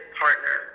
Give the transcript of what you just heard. partner